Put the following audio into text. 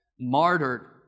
martyred